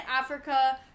Africa